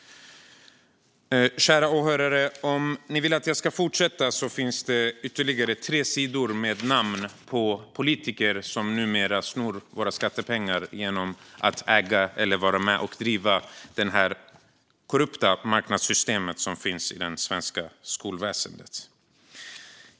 Kära åhörare! Om ni vill att jag ska fortsätta finns det ytterligare tre sidor med namn på politiker som numera snor våra skattepengar genom att äga eller vara med och driva bolag i det korrupta marknadssystem som finns i det svenska skolväsendet.